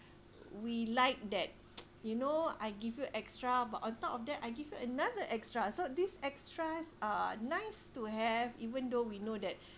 we like that you know I give you extra but on top of that I give you another extra so these extras are nice to have even though we know that